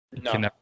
No